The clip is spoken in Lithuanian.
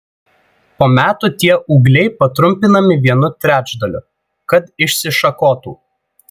po metų tie ūgliai patrumpinami vienu trečdaliu kad išsišakotų